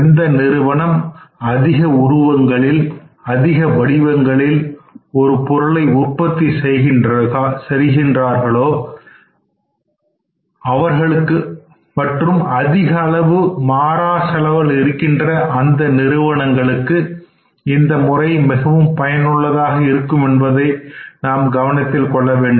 எந்த நிறுவனம் அதிகமான உருவங்களில் வடிவங்களில் ஒரு பொருளை உற்பத்தி செய்கின்றார்களோ மற்றும் அதிகமான அளவு மாறா செலவுகள் இருக்கின்றதோ அந்த நிறுவனங்களுக்கு இந்த முறை மிகவும் பயனுள்ளதாக இருக்கும் என்பதை கவனத்தில் கொள்ள வேண்டும்